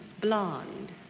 blonde